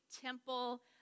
temple